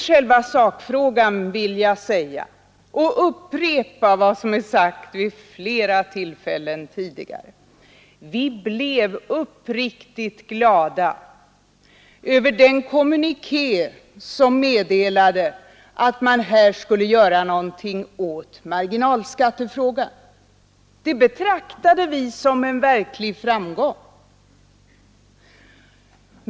Sedan vill jag upprepa vad som sagts vid flera tidigare tillfällen, nämligen att vi blev uppriktigt glada över den kommuniké som meddelade att man skulle göra något åt marginalskatten. Det betraktade vi som en stor framgång.